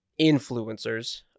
influencers